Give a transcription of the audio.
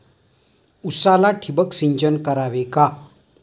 उसाला ठिबक सिंचन करावे का?